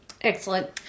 excellent